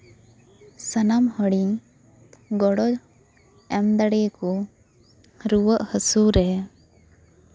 ᱥᱟᱱᱟᱢ ᱦᱚᱲᱤᱧ ᱜᱚᱲᱚ ᱮᱢ ᱫᱟᱲᱮ ᱟᱠᱚ ᱨᱩᱣᱟᱹᱜ ᱦᱟᱹᱥᱩ ᱨᱮ